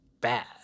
bad